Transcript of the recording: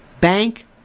Bank